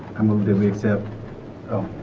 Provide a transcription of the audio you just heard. i move that we accept oh